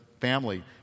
family